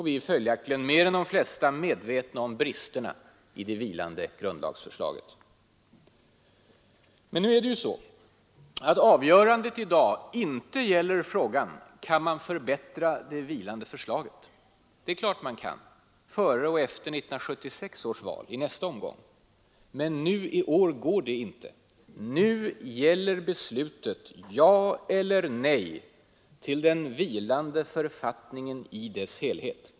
Vi är följaktligen mer än de flesta medvetna om bristerna i det vilande grundlagsförslaget. Men nu är det ju så, att avgörandet i dag inte gäller frågan: Kan man förbättra det vilande förslaget? Det är klart att man kan det — före och efter 1976 års val, i nästa omgång. Men nu i år går det inte. Nu gäller beslutet: ja eller nej till den vilande författningen i sin helhet.